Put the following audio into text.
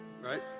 Right